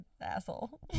asshole